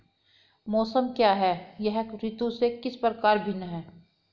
मौसम क्या है यह ऋतु से किस प्रकार भिन्न है?